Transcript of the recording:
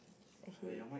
okay